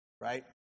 Right